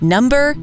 Number